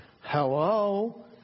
hello